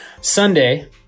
Sunday